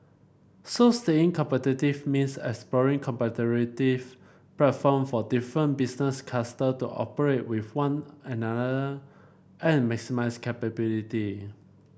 so staying competitive means exploring cooperative platform for different business cluster to cooperate with one another and maximise capability